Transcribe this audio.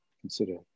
consider